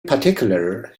particular